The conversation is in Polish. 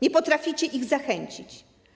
Nie potraficie ich zachęcić.